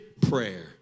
prayer